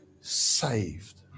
saved